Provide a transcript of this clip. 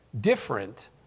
different